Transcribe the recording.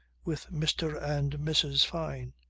with mr. and mrs. fyne.